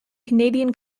canadian